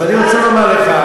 אז אני רוצה לומר לך,